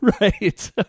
Right